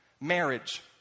Marriage